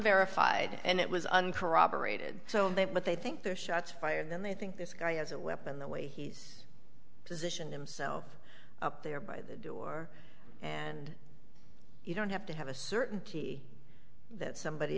verified and it was uncorroborated so what they think their shots fired then they think this guy has a weapon the way he's position himself up there by the door and you don't have to have a certainty that somebody